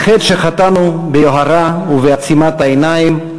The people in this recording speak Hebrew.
על חטא שחטאנו ביוהרה ובעצימת העיניים,